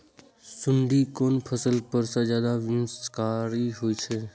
सुंडी कोन फसल पर ज्यादा विनाशकारी होई छै?